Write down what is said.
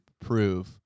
prove